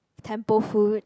temple food